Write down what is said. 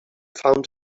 found